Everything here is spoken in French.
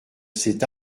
cet